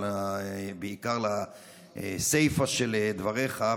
בעיקר לסיפה של דבריך,